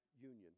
union